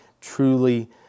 truly